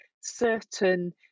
certain